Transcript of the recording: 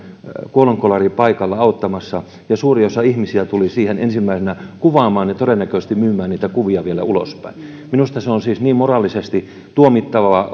kuolonkolaripaikalla auttamassa ja suuri osa ihmisiä tuli siihen ensimmäisenä kuvaamaan ja todennäköisesti myymään niitä kuvia vielä ulospäin minusta se on siis moraalisesti niin tuomittava